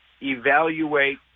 evaluate